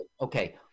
okay